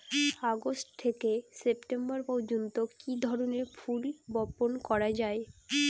August থেকে September পর্যন্ত কি ধরনের ফুল বপন করা যায়?